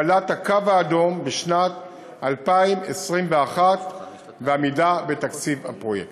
הפעלת הקו האדום בשנת 2021 ועמידה בתקציב הפרויקט.